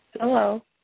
Hello